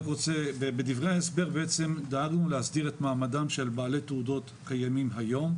בדברי ההסבר דאגנו להסדיר את מעמדם של בעלי תעודות קיימים היום,